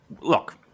look